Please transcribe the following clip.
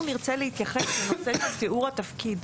אנחנו נרצה להתייחס לנושא של תיאור התפקיד.